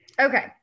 okay